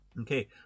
Okay